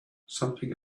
something